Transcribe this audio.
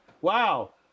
wow